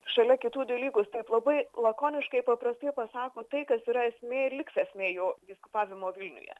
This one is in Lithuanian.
šalia kitų dalykų jis taip labai lakoniškai paprastai pasako tai kas yra esmė ir liks esmė jo vyskupavimo vilniuje